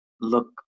look